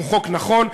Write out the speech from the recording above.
הוא חוק נכון.